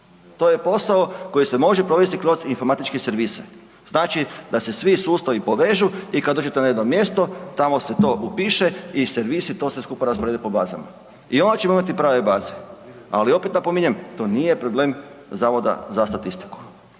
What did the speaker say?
to je posao koji se može provesti kroz informatičke servise. Znači da se sustavi povežu i kada dođete to na jedno mjesto tamo se to upiše i servis i to sve skupa raspoređuje po bazama i onda ćemo imati prave baze. Ali opet napominjem, to nije problem Zavoda za statistiku.